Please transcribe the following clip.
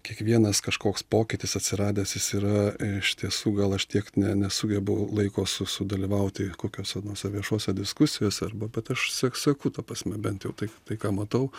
kiekvienas kažkoks pokytis atsiradęs jis yra iš tiesų gal aš tiek ne nesugebu laiko su sudalyvauti kokiose nors viešose diskusijose arba bet aš sek seku ta prasme bent jau tai tai ką matau